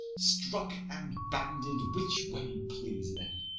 struck and banded which way please them